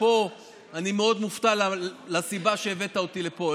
ופה אני מאוד מופתע מהסיבה שהבאת אותי לפה.